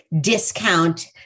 discount